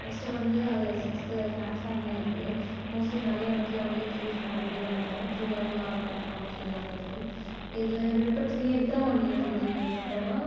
next வந்து அதில் sixth பிளாட்ஃபார்ம்மே இருக்குது மோஸ்ட்லி நிறையா இடத்துல வந்து த்ரீ ஃபோர் அப்படித்தான் இருக்கும் இங்கே வந்து ஆறு பிளாட்ஃபார்ம் இதெல்லாமே இருக்குது இதில் விழுப்புரத்துலேயே விக்கிரவாண்டி தொகுதி எடுத்துகிட்டோம்னா